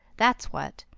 that's what.